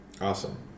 Awesome